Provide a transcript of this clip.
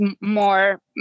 more